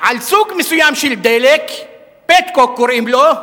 על סוג מסוים של דלק, "פטקוק" קוראים לו,